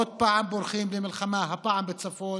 עוד פעם בורחים למלחמה, הפעם בצפון,